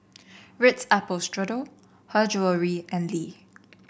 Ritz Apple Strudel Her Jewellery and Lee